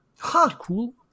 Cool